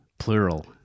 Plural